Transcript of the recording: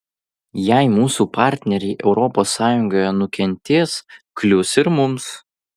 jei mūsų partneriai europos sąjungoje nukentės klius ir mums